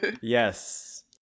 Yes